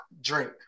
drink